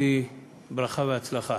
שתישאי ברכה והצלחה.